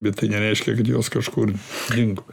bet tai nereiškia kad jos kažkur dingo